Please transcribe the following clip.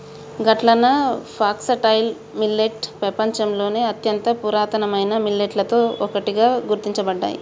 గట్లన foxtail millet పెపంచంలోని అత్యంత పురాతనమైన మిల్లెట్లలో ఒకటిగా గుర్తించబడ్డాయి